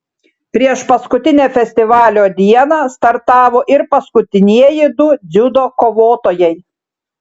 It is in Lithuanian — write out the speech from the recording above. priešpaskutinę festivalio dieną startavo ir paskutinieji du dziudo kovotojai